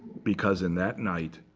because in that night,